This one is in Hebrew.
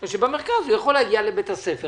מפני שבמרכז הוא יכול להגיע לבית הספר.